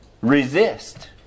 Resist